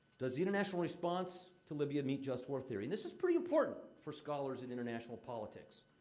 does the international response to libya meet just war theory? and this is pretty important for scholars in international politics.